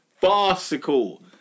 Farcical